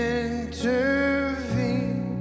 intervene